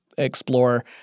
explore